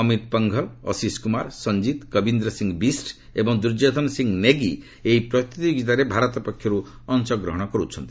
ଅମିତ ପଙ୍ଗଲ ଆଶିଷ କୁମାର ସଞ୍ଜିତ୍ କବୀନ୍ଦ୍ର ସିଂ ବିଷ୍ଟ ଏବଂ ଦୁର୍ଯ୍ୟୋଧନ ସିଂ ନେଗି ଏହି ପ୍ରତିଯୋଗିତାରେ ଭାରତ ପକ୍ଷରୁ ଅଂଶଗ୍ରହଣ କରୁଛନ୍ତି